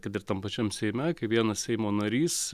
kad ir tam pačiam seime kai vienas seimo narys